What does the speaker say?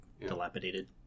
Dilapidated